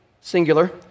singular